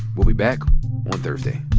we'll be back on thursday